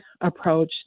approach